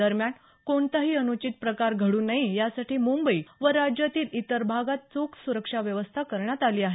दरम्यान कोणताही अन्चित प्रकार घडू नये यासाठी मुंबई व राज्यातील इतर भागात चोख सुरक्षा व्यवस्था करण्यात आली आहे